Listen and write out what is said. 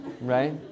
Right